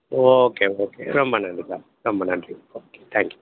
okay okay ரொம்ப நன்றி sir ரொம்ப நன்றி ஓகே தேங்க் யூ